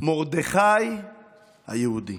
מרדכי היהודי.